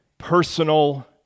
personal